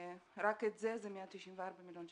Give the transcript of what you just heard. שרק זה סכום של 194 מיליון שקלים.